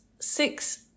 Six